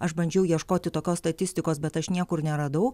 aš bandžiau ieškoti tokios statistikos bet aš niekur neradau